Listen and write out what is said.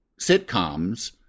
sitcoms